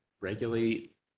regulate